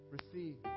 Receive